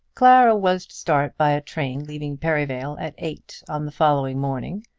clara was to start by a train leaving perivale at eight on the following morning,